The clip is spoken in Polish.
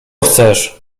chcesz